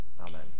Amen